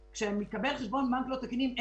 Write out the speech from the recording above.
אביגדור קפלן, מנכ"ל משרד הרווחה, בבקשה.